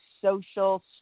social